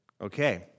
Okay